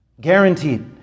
Guaranteed